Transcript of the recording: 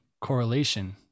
correlation